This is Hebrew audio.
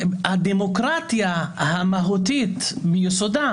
הדיון בוועדת החוקה,